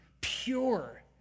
pure